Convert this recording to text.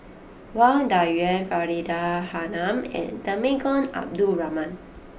Wang Dayuan Faridah Hanum and Temenggong Abdul Rahman